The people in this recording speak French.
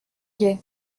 gai